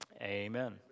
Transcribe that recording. Amen